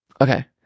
Okay